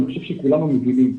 אני חושב שכולנו מבינים,